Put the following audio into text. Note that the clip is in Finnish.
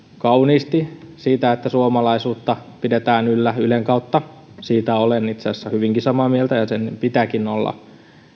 kauniisti siitä että suomalaisuutta pidetään yllä ylen kautta siitä olen itse asiassa hyvinkin samaa mieltä sen pitääkin olla